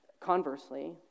conversely